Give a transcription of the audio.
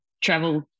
travel